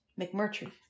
McMurtry